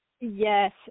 Yes